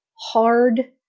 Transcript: hard